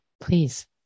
please